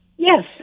Yes